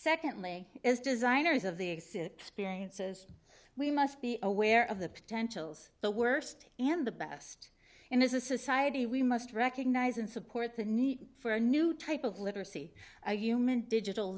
secondly as designers of the exit period says we must be aware of the potentials the worst and the best in as a society we must recognize and support the need for a new type of literacy a human digital